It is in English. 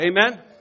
Amen